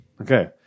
Okay